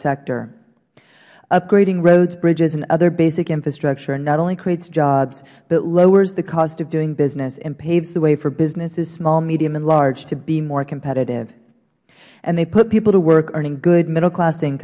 sector upgrading roads bridges and other basic infrastructure not only creates jobs but lowers the cost of doing business and paves the way for businesses small medium and large to be more competitive they put people to work earning good middle class